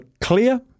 clear